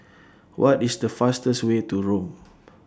What IS The fastest Way to Rome